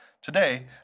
Today